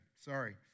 sorry